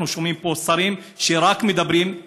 אנחנו שומעים פה שרים שרק מדברים,